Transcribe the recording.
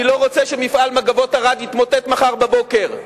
אני לא רוצה שמפעל "מגבות ערד" יתמוטט מחר בבוקר,